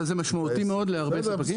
אבל זה משמעותי מאוד להרבה מאוד ספקים.